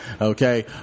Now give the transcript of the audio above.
Okay